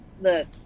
look